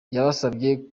yabasabye